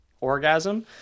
orgasm